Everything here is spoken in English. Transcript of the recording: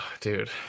dude